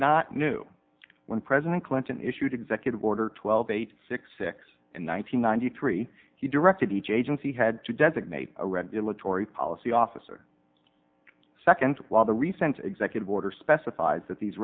not new when president clinton issued executive order twelve eight six six in one thousand nine hundred three he directed each agency had to designate a regulatory policy officer second while the recent executive order specifies that these